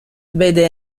vede